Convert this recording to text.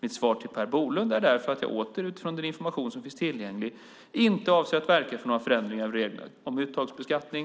Mitt svar till Per Bolund är därför åter att jag, utifrån den information som finns tillgänglig, inte avser att verka för några förändringar av reglerna om uttagsbeskattning.